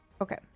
Okay